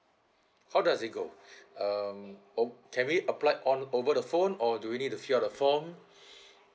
how does it go uh or can we applied on over the phone or do we need to fill up a form